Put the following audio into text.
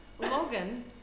Logan